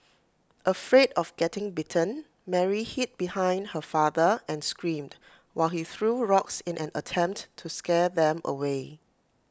afraid of getting bitten Mary hid behind her father and screamed while he threw rocks in an attempt to scare them away